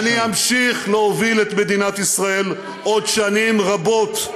אני אמשיך להוביל את מדינת ישראל עוד שנים רבות,